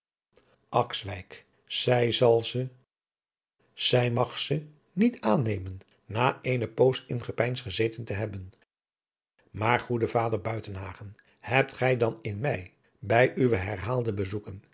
zij zal ze zij mag ze niet aannemen na eene poos in gepeins gezeten te hebben maar goede vader buitenhagen hebt gij dan in mij bij uwe herhaalde bezoeken